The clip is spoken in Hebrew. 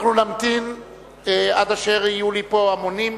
אנחנו נמתין עד אשר יהיו פה מונים.